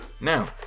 Now